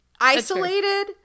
isolated